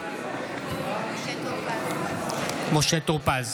משה טור פז,